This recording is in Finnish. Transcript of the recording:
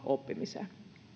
oppimiseen